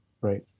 right